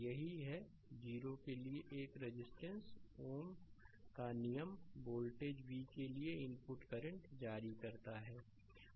यही है 0 के लिए एक रेजिस्टेंस Ω' का नियम वोल्टेज v के लिए इनपुट करंट जारी करता है